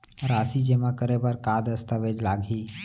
राशि जेमा करे बर का दस्तावेज लागही?